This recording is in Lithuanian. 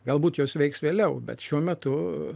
galbūt jos veiks vėliau bet šiuo metu